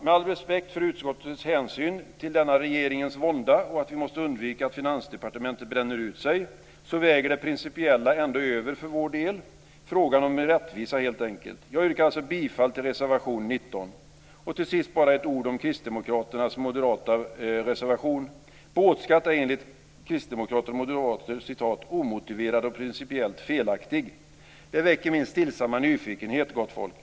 Med all respekt för utskottets hänsyn till denna regeringens vånda och att vi måste undvika att Finansdepartementet bränner ut sig, så väger det principiella ändå över för vår del - frågan om en rättvisa helt enkelt. Jag yrkar alltså bifall till reservation 19. Till sist ska jag bara säga några ord om kristdemokraternas moderata reservation. Båtskatt är enligt kristdemokrater och moderater "omotiverad och principiellt felaktig". Det väcker min stillsamma nyfikenhet, gott folk.